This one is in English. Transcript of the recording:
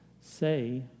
Say